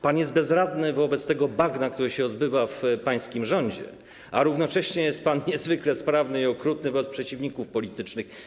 Pan jest bezradny wobec tego bagna, które się odbywa w pańskim rządzie, a równocześnie jest pan niezwykle sprawny i okrutny wobec przeciwników politycznych.